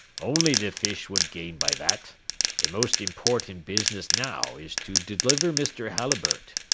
only the fish would gain by that the most important business now is to deliver mr. halliburtt.